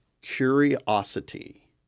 curiosity